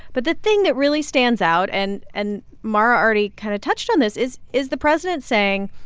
but the thing that really stands out, and and mara already kind of touched on this, is is the president saying,